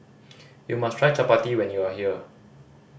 you must try chappati when you are here